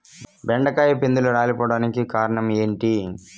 బెండకాయ పిందెలు రాలిపోవడానికి కారణం ఏంటి?